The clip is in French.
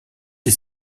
des